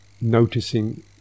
noticing